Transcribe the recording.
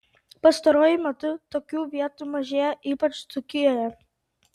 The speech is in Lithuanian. pastaruoju metu tokių vietų mažėja ypač dzūkijoje